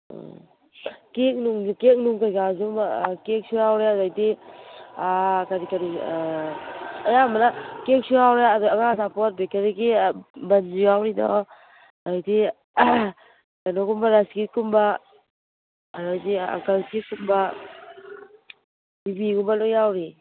ꯑꯣ ꯀꯦꯛ ꯅꯨꯡ ꯀꯦꯛ ꯅꯨꯡ ꯀꯩꯀꯥꯁꯨ ꯀꯦꯛꯁꯨ ꯌꯥꯎꯔꯦ ꯑꯗꯩꯗꯤ ꯀꯔꯤ ꯀꯔꯤ ꯑꯌꯥꯝꯕꯅ ꯀꯦꯛꯁꯨ ꯌꯥꯎꯔꯦ ꯑꯗꯣ ꯑꯉꯥꯡ ꯑꯆꯥꯄꯣꯠ ꯕꯦꯀꯔꯤꯒꯤ ꯕꯟꯁꯨ ꯌꯥꯎꯔꯤꯗꯣ ꯑꯗꯩꯗꯤ ꯀꯩꯅꯣꯒꯨꯝꯕ ꯔꯁꯀꯦꯛꯀꯨꯝꯕ ꯑꯗꯒꯤ ꯑꯪꯀꯜ ꯆꯤꯞꯁꯀꯨꯝꯕ ꯌꯨꯕꯤꯒꯨꯝꯕ ꯂꯣꯏ ꯌꯥꯎꯔꯤ